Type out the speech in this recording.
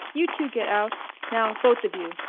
you two get out now, both of you.